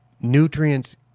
nutrients